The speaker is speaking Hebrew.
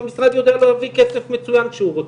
המשרד יודע להביא כסף מצויין כשהוא רוצה.